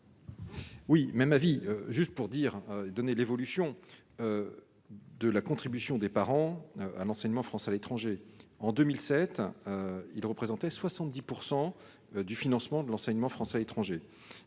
Oui, même avis juste pour dire donner l'évolution de la contribution des parents un enseignement français à l'étranger en 2007, ils représentaient 70 % du financement de l'enseignement français à l'étranger